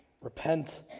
repent